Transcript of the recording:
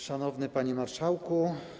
Szanowny Panie Marszałku!